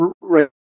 right